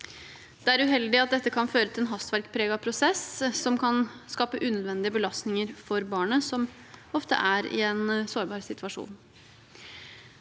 Det er uheldig at dette kan føre til en hastverkspreget prosess som kan skape unødvendige belastninger for barna, som ofte er i en sårbar situasjon.